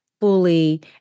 fully